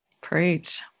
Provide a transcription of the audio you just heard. Preach